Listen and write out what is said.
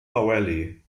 valley